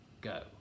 go